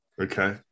Okay